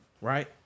right